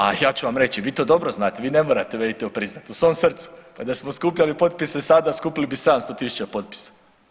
A ja ću vam reći, vi to dobro znate, vi ne morate meni to priznati, u svom srcu, pa da smo skupljali potpise sada skupili bi 700.000 potpisa.